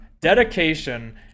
dedication